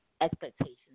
expectations